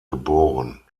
geboren